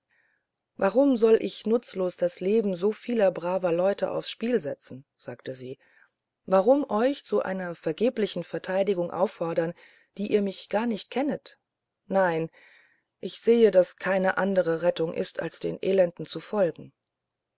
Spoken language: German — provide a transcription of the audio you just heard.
warum soll ich nutzlos das leben so vieler braver leute aufs spiel setzen sagte sie warum euch zu einer vergeblichen verteidigung auffordern euch die ihr mich gar nicht kennet nein ich sehe daß keine andere rettung ist als den elenden zu folgen